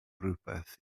rywbeth